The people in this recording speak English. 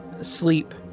Sleep